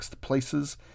places